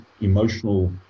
emotional